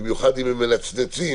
במיוחד אם הם מנצנצים,